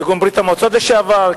כגון ברית-המועצות לשעבר,